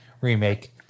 Remake